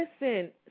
listen